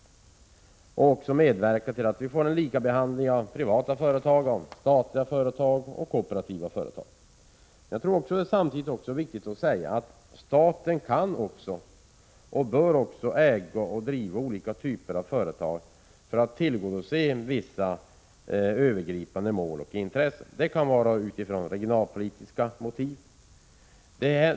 Staten skall vidare medverka till en lika behandling av privata, statliga och kooperativa företag. Jag tror att det är viktigt att samtidigt säga att staten kan och bör äga och driva företag av olika typer för att tillgodose vissa övergripande mål och intressen, t.ex. av regionalpolitiska motiv.